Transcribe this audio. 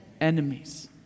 enemies